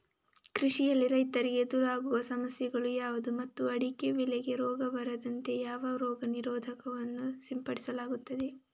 ಕೃಷಿಯಲ್ಲಿ ರೈತರಿಗೆ ಎದುರಾಗುವ ಸಮಸ್ಯೆಗಳು ಯಾವುದು ಮತ್ತು ಅಡಿಕೆ ಬೆಳೆಗೆ ರೋಗ ಬಾರದಂತೆ ಯಾವ ರೋಗ ನಿರೋಧಕ ವನ್ನು ಸಿಂಪಡಿಸಲಾಗುತ್ತದೆ?